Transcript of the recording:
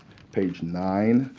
page nine,